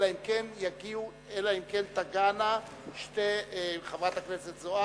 אלא אם כן יגיעו חברת הכנסת זוארץ,